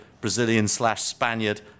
Brazilian-slash-Spaniard